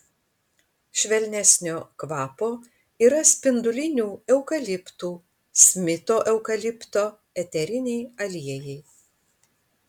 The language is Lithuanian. švelnesnio kvapo yra spindulinių eukaliptų smito eukalipto eteriniai aliejai